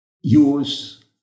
use